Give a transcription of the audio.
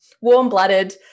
Warm-blooded